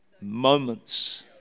Moments